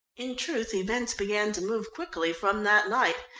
in truth events began to move quickly from that night,